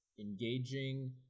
engaging